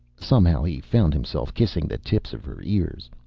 somehow he found himself kissing the tips of her ears.